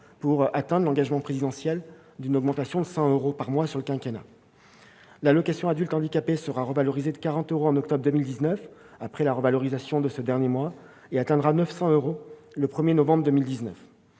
pour atteindre l'engagement présidentiel d'une augmentation de 100 euros par mois au cours du quinquennat. L'AAH sera revalorisée de 40 euros en octobre 2019, après la revalorisation de ce dernier mois, et atteindra 900 euros au 1 novembre 2019.